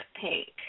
pink